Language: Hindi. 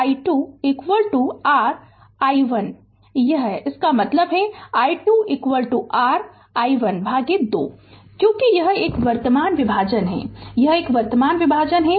यह है इसका मतलब है i2 r i1 भागित 2 क्योंकि यह एक वर्तमान विभाजन है यह एक वर्तमान विभाजन है